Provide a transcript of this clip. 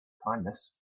kindness